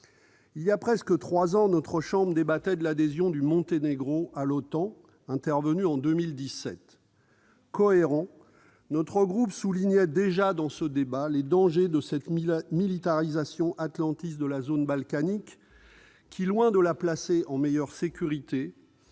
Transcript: Il y a presque trois ans, notre chambre débattait de l'adhésion du Monténégro à l'OTAN, intervenue en 2017. Cohérent, notre groupe soulignait déjà dans ce débat les dangers de la militarisation atlantiste de la zone balkanique, qui, loin d'améliorer sa sécurité,